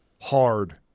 hard